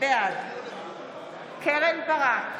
בעד קרן ברק,